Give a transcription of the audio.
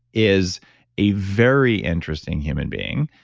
is a very interesting human being.